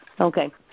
Okay